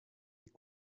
est